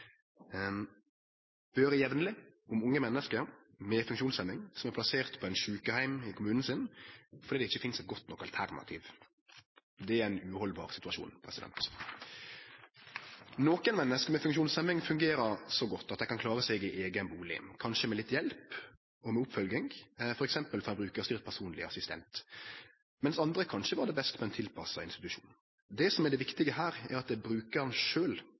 Vi høyrer jamleg om unge menneske med funksjonshemming som er plasserte på ein sjukeheim i kommunen sin, fordi det ikkje finst eit godt nok alternativ. Det er ein uhaldbar situasjon. Nokon menneske med funksjonshemming fungerer så godt at dei kan klare seg i eigen bustad, kanskje med litt hjelp og med oppfølging, f.eks. frå ein brukarstyrt personleg assistent, mens andre kanskje vil ha det best på ein tilpassa institusjon. Det som er det viktige her, er at det er brukaren